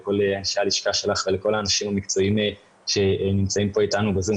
לכל אנשי הלשכה שלך ולכל האנשים המקצועיים שנמצאים אתנו ב-זום.